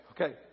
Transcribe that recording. Okay